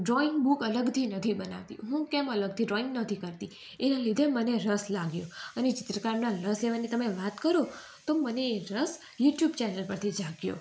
drawing book અલગથી નથી બનાવતી હું કેમ અલગથી ડ્રોઈંગ નથી કરતી એના લીધે મને રસ લાગ્યો અને ચિત્રકારના રસ લેવાની તમે વાત કરો તો મને રસ યુટ્યુબ ચેનલ પરથી જાગ્યો